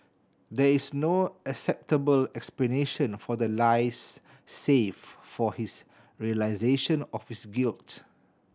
there is no acceptable explanation for the lies save for his realisation of his guilt